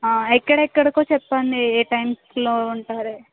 ఎక్కడెక్కడకో చెప్పండి ఏ టైమ్స్లో ఉంటారో